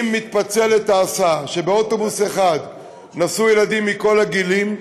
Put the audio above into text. אם מתפצלת הסעה כך שבאוטובוס אחד נסעו ילדים מכל הגילים,